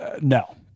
No